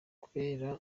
kubera